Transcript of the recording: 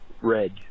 red